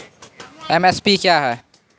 MSP क्या है?